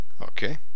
okay